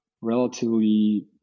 relatively